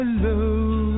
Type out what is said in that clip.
hello